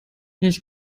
ich